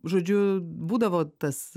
žodžiu būdavo tas